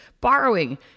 borrowing